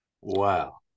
Wow